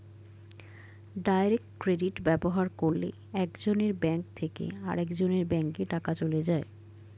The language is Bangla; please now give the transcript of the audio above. ডাইরেক্ট ক্রেডিট ব্যবহার করলে একজনের ব্যাঙ্ক থেকে আরেকজনের ব্যাঙ্কে টাকা চলে যায়